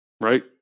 right